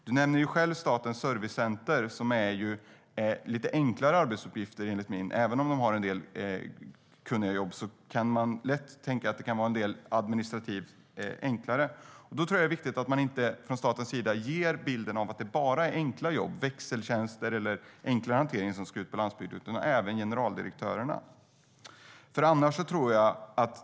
Du nämner själv Statens servicecenter, som enligt min mening har lite enklare arbetsuppgifter. Även om de har en del jobb som kräver kunskap kan man lätt tänka att det kan vara en del administrativt enklare uppgifter. Jag tror att det är viktigt att man från statens sida inte ger bilden av att det bara är enkla jobb, växeltjänster eller enklare hantering, som ska ut på landsbygden utan att det även gäller generaldirektörerna.